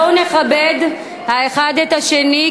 בואו נכבד האחד את השני,